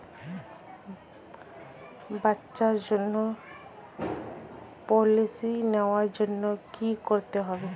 বাচ্চার জন্য পলিসি নেওয়ার জন্য কি করতে হবে?